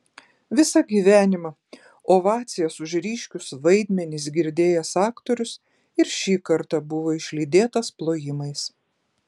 visą gyvenimą ovacijas už ryškius vaidmenis girdėjęs aktorius ir šį kartą buvo išlydėtas plojimais